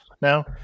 now